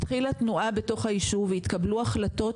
התחילה תנועה בתוך היישוב והתקבלו החלטות